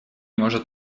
может